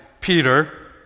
Peter